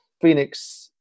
phoenix